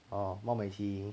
orh 孟美岐